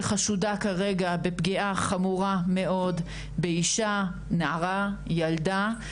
שחשודה כרגע בפגיעה חמורה מאוד באישה, נערה, ילדה.